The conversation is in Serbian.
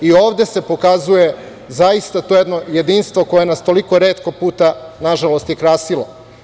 I ovde se pokazuje zaista to jedno jedinstvo koje nas je toliko retko puta, nažalost, i krasilo.